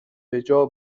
بجا